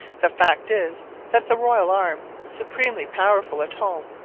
the fact is that the royal arm, supremely powerful at home,